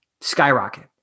skyrocket